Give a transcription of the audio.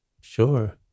sure